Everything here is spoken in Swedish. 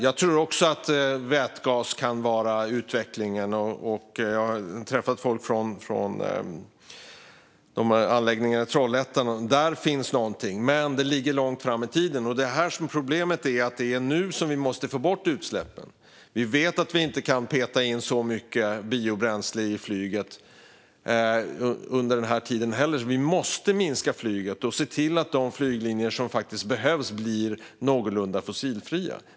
Jag tror också att vätgas kan vara en utveckling. Jag har träffat folk från anläggningarna i Trollhättan - där finns någonting, men det ligger långt fram i tiden. Problemet är att det är nu vi måste få bort utsläppen. Vi vet att vi inte kan peta in så mycket biobränsle i flyget under denna tid, så vi måste minska flygandet och se till att de flyglinjer som faktiskt behövs blir någorlunda fossilfria.